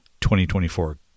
2024